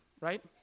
right